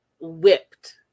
whipped